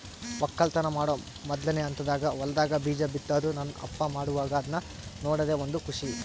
ವಕ್ಕಲತನ ಮಾಡೊ ಮೊದ್ಲನೇ ಹಂತದಾಗ ಹೊಲದಾಗ ಬೀಜ ಬಿತ್ತುದು ನನ್ನ ಅಪ್ಪ ಮಾಡುವಾಗ ಅದ್ನ ನೋಡದೇ ಒಂದು ಖುಷಿ